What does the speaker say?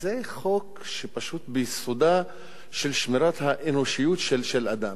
זה חוק, פשוט ביסודה של שמירת האנושיות של אדם.